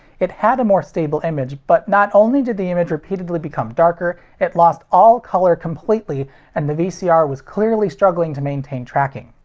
it had a more stable image, but not only did the image repeatedly become darker, it lost all color completely and the vcr was clearly struggling to maintain tracking.